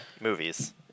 movies